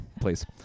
please